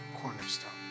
cornerstone